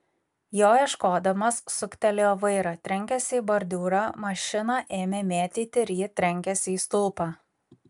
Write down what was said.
jo ieškodamas suktelėjo vairą trenkėsi į bordiūrą mašiną ėmė mėtyti ir ji trenkėsi į stulpą